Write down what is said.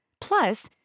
Plus